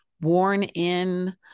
worn-in